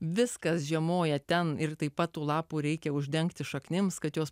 viskas žiemoja ten ir taip pat tų lapų reikia uždengti šaknims kad jos